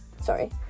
Sorry